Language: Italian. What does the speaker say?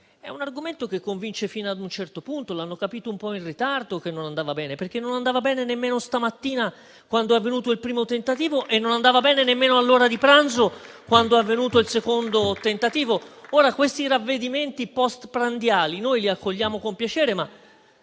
andava bene, convince fino a un certo punto; l'hanno capito un po' in ritardo che non andava bene. In realtà non andava bene nemmeno questa mattina quando è avvenuto il primo tentativo, e non andava bene nemmeno all'ora di pranzo quando è avvenuto il secondo tentativo. Questi ravvedimenti postprandiali li accogliamo con piacere, ma